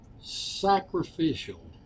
sacrificial